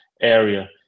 area